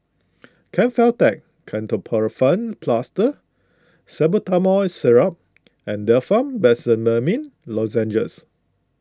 Kefentech Ketoprofen Plaster Salbutamol Syrup and Difflam Benzydamine Lozenges